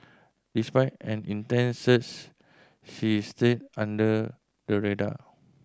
despite an intense search she stayed under the radar